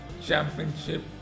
championship